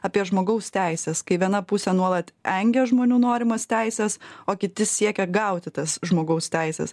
apie žmogaus teises kai viena pusė nuolat engia žmonių norimas teises o kiti siekia gauti tas žmogaus teises